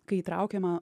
kai įtraukiama